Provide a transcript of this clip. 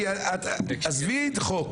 שאלתי את, עזבי את החוק.